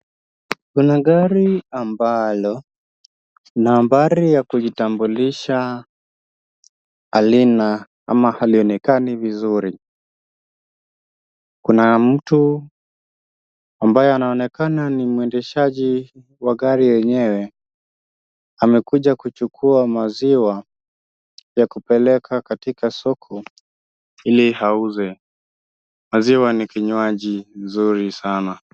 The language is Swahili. Kuna gari ambalo nambari ya kujitambulisha halina ama halionekani vizuri. Kuna mtu ambaye anaonekana ni mwendeshaji wa gari lenyewe. Amekuja kuchukua maziwa ya kupeleka katika soko ili auze. Maziwa ni kinywaji nzuri sana.